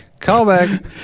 callback